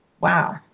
wow